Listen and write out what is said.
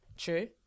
true